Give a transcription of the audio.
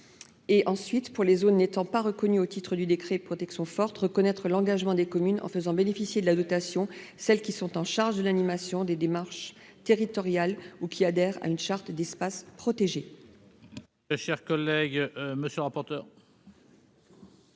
lieu, pour les zones n'étant pas reconnues au titre du décret « protection forte », de reconnaître l'engagement des communes en faisant bénéficier de la dotation celles qui sont chargées de l'animation des démarches territoriales ou qui adhèrent à une charte d'espace protégé.